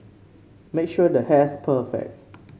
make sure the hair's perfect